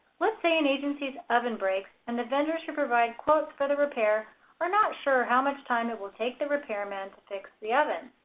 let's say an agency's oven breaks and the vendors who provide quotes for the repair are not sure how much time it will take their repairman to fix the oven.